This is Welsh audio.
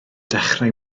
dechrau